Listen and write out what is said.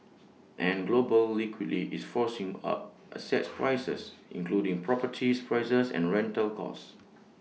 and global liquidity is forcing up asset prices including properties prices and rental costs